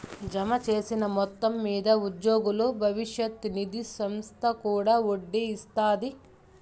జమచేసిన మొత్తం మింద ఉద్యోగుల బవిష్యత్ నిది సంస్త కూడా ఒడ్డీ ఇస్తాది